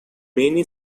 many